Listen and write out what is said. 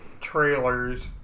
trailers